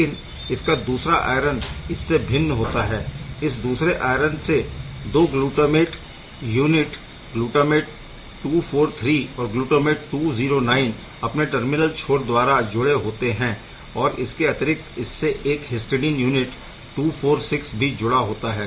लेकिन इसका दूसरा आयरन इससे भिन्न होता है इस दूसरे आयरन से 2 ग्लूटामेट यूनिट ग्लूटामेट 243 और ग्लूटामेट 209 अपने टर्मिनल छोर द्वारा जुड़े होते है और इसके अतिरिक्त इससे एक हिस्टडीन यूनिट 246 भी जुड़ा होता है